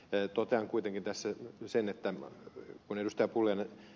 totean kuitenkin tässä sen kun ed